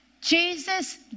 Jesus